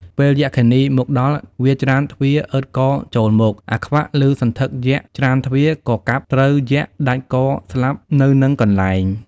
ពេលយក្ខិនីមកដល់ វាច្រានទ្វារអើតកចូលមក អាខ្វាក់ ឮសន្ធឹកយក្ខច្រានទ្វារ ក៏កាប់ត្រូវយក្ខដាច់កស្លាប់នៅនឹងកន្លែង។